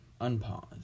unpause